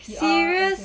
serious